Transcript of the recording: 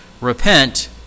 Repent